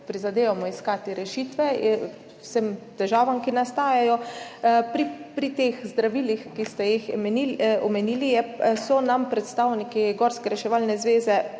prizadevamo iskati rešitve za vse težave, ki nastajajo. Pri teh zdravilih, ki ste jih omenili, so nam predstavniki Gorske reševalne zveze